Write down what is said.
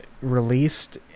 released